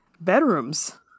bedrooms